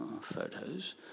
photos